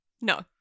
No